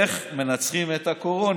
איילת, איך מנצחים את הקורונה,